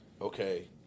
okay